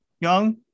Young